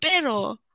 Pero